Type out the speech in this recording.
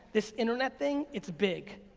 this internet thing, it's big,